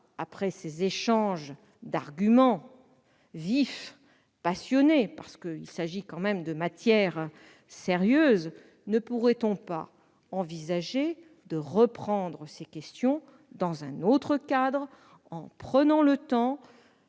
de ces échanges d'arguments, vifs et passionnés- il s'agit quand même de matières sérieuses !-, envisager de reprendre ces questions dans un autre cadre, en prenant le temps,